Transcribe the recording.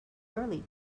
early